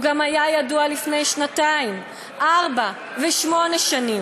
הוא היה ידוע גם לפני שנתיים, ארבע ושמונה שנים.